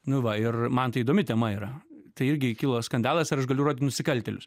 nu va ir man tai įdomi tema yra tai irgi kilo skandalas ar aš galiu rodyt nusikaltėlius